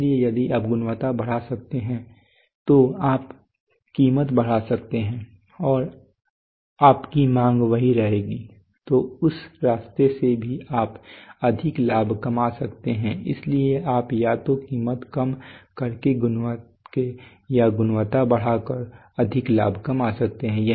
इसलिए यदि आप गुणवत्ता बढ़ा सकते हैं तो आप कीमत बढ़ा सकते हैं और आपकी मांग वही रहेगी तो उस रास्ते से भी आप अधिक लाभ कमा सकते हैं इसलिए आप या तो कीमत कम करके या गुणवत्ता बढ़ाकर अधिक लाभ कमा सकते हैं